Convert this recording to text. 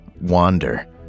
wander